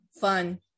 fun